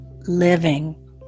living